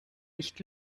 nicht